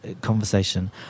conversation